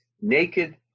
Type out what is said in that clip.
naked